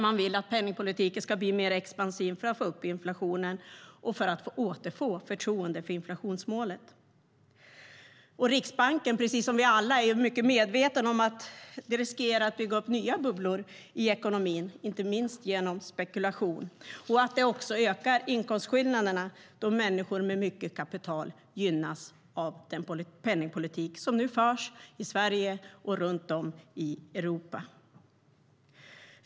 Man vill att penningpolitiken ska bli mer expansiv för att få upp inflationen och för att förtroendet för inflationsmålet ska återfås. Riksbanken är, precis som vi alla, medveten om att det riskerar att bygga upp nya bubblor i ekonomin, inte minst genom spekulation och att det också ökar inkomstskillnaderna då människor med mycket kapital gynnas av den penningpolitik som nu förs i Sverige och runt om i Europa.